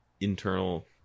internal